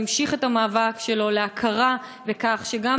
והוא המשיך את המאבק שלו להכרה בכך שגם